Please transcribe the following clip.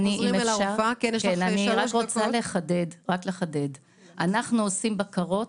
אני רוצה לחדד, אנחנו עושים בקרות